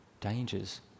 dangers